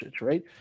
right